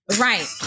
right